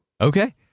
Okay